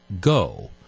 go